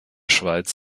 schweiz